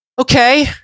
Okay